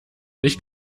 nicht